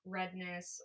redness